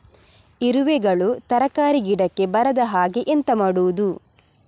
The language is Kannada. ಇರುವೆಗಳು ತರಕಾರಿ ಗಿಡಕ್ಕೆ ಬರದ ಹಾಗೆ ಎಂತ ಮಾಡುದು?